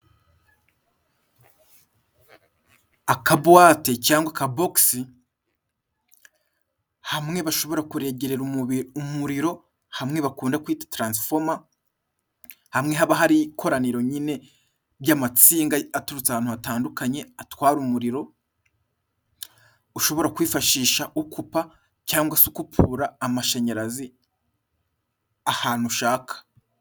Akabuwate cyangwa akabogisi, hamwe bashobora kuregerera umuriro hamwe bakunda kwita taransifoma, hamwe haba hari ikoraniro nyine ry'amatsinga aturutse ahantu hatandukanye atwara umuriro, ushobora kwifashisha ukupa cyangwa se ukupura amashanyarazi, ahantu ushaka.